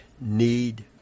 need